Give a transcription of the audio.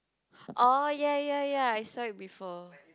oh ya ya ya I saw it before